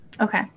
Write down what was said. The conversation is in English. Okay